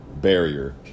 barrier